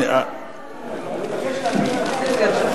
אני מבקש להביא את הנושא לוועדת פירושים.